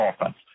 offense